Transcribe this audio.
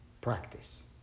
practice